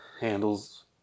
handles